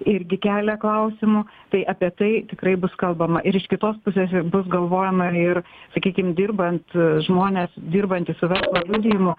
irgi kelia klausimų tai apie tai tikrai bus kalbama ir iš kitos pusės ir bus galvojama ir sakykim dirbant žmonės dirbantys su verslo liudijimu